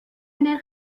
نرخ